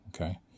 Okay